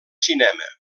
cinema